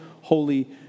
holy